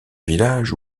village